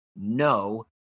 no